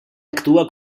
actua